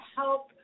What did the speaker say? help